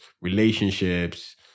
relationships